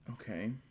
Okay